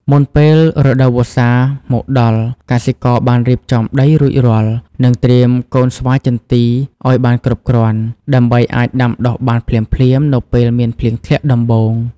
មុនពេលរដូវវស្សាមកដល់ កសិករបានរៀបចំដីរួចរាល់ហើយ និងត្រៀមកូនស្វាយចន្ទីឱ្យបានគ្រប់គ្រាន់ ដើម្បីអាចដាំដុះបានភ្លាមៗនៅពេលមានភ្លៀងធ្លាក់ដំបូង។